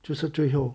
就是最后